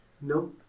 No